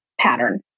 pattern